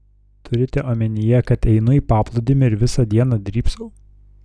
turite omenyje kad einu į paplūdimį ir visą dieną drybsau